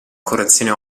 correzione